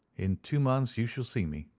in two months you shall see me.